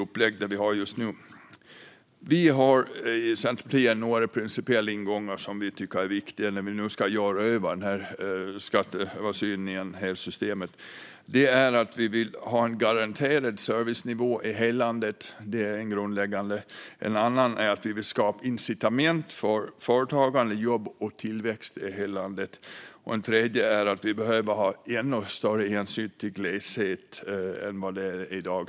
Centerpartiet har några principiella ingångar som vi tycker är viktiga när man nu ska göra en skatteöversyn av hela systemet. Vi vill ha en garanterad servicenivå i hela landet. Det är grundläggande. En annan ingång är att vi vill skapa incitament för företagande, jobb och tillväxt i hela landet. En tredje är att vi behöver ta ännu större hänsyn till gleshet än vad som görs i dag.